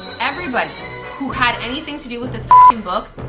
everybody who had anything to do with this and book,